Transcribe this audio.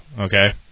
okay